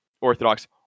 Orthodox